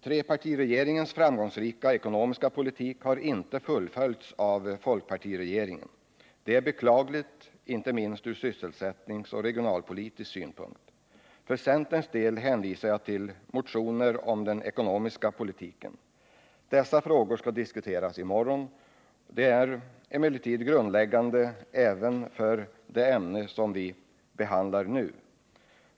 Trepartiregeringens framgångsrika ekonomiska politik har inte fullföljts av folkpartiregeringen. Det är beklagligt, inte minst ur sysselsättningsoch regionalpolitisk synpunkt Förcenterns del hänvisar jag till våra motioner om den ekonomiska politiken. Dessa frågor skall diskuteras i morgon. De är emellertid grundläggande även för det ämne som vi nu behandlar.